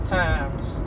times